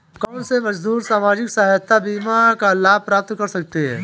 कौनसे मजदूर सामाजिक सहायता बीमा का लाभ प्राप्त कर सकते हैं?